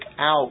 out